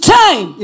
time